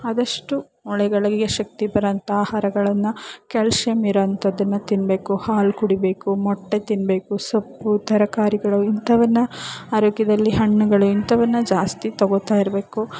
ಆದಷ್ಟು ಮೂಳೆಗಳಿಗೆ ಶಕ್ತಿ ಬರುವಂಥ ಆಹಾರಗಳನ್ನು ಕ್ಯಾಲ್ಸಿಯಮ್ ಇರುವಂಥದ್ದನ್ನು ತಿನ್ನಬೇಕು ಹಾಲು ಕುಡಿಬೇಕು ಮೊಟ್ಟೆ ತಿನ್ನಬೇಕು ಸೊಪ್ಪು ತರಕಾರಿಗಳು ಇಂಥವನ್ನು ಆರೋಗ್ಯದಲ್ಲಿ ಹಣ್ಣುಗಳು ಇಂಥವನ್ನು ಜಾಸ್ತಿ ತಗೋತಾ ಇರಬೇಕು